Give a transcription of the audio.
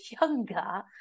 younger